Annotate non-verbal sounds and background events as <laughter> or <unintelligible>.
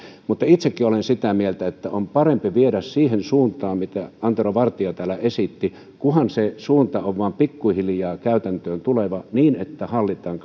mutta itsekin olen sitä mieltä että on parempi viedä tätä siihen suuntaan mitä antero vartia täällä esitti kunhan se suunta on vain pikkuhiljaa käytäntöön tuleva niin että hallitaan <unintelligible>